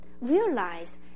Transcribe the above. realize